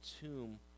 tomb